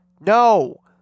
No